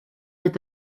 est